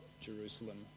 Jerusalem